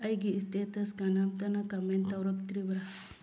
ꯑꯩꯒꯤ ꯏꯁꯇꯦꯇꯁ ꯀꯅꯥꯝꯇꯅ ꯀꯝꯃꯦꯟ ꯇꯧꯔꯛꯇ꯭ꯔꯤꯕ꯭ꯔꯥ